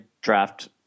draft